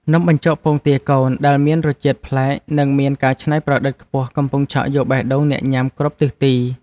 នំបញ្ចុកពងទាកូនដែលមានរសជាតិប្លែកនិងមានការច្នៃប្រឌិតខ្ពស់កំពុងឆក់យកបេះដូងអ្នកញ៉ាំគ្រប់ទិសទី។